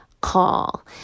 call